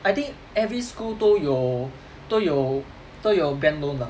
I think every school 都有都有都有 bank loan ah